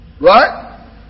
Right